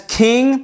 king